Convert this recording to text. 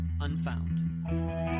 unfound